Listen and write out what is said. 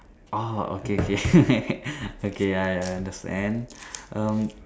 orh okay okay okay I understand um